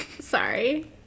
Sorry